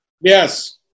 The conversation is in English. Yes